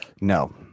No